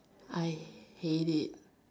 I hate it